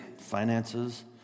finances